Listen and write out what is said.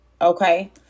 okay